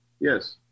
Yes